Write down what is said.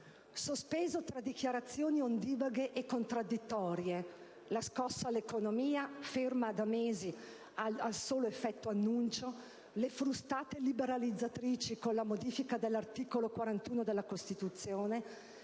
Sospeso tra dichiarazioni ondivaghe e contraddittorie (la scossa all'economia ferma da mesi al solo effetto annuncio, le frustate liberalizzatrici con la modifica dell'articolo 41 della Costituzione,